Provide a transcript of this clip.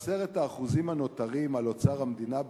וה-10% הנותרים על אוצר המדינה,